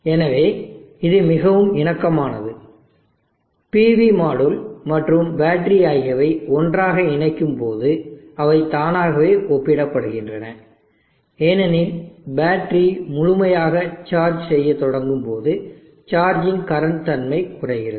எனவே இது மிகவும் இணக்கமானது PV மாடுல் மற்றும் பேட்டரி ஆகியவை ஒன்றாக இணைக்கும்போது அவை தானாகவே ஒப்பிடப்படுகின்றன ஏனெனில் பேட்டரி முழுமையாக சார்ஜ் செய்யத் தொடங்கும் போது சார்ஜிங் கரண்ட் தன்மை குறைகிறது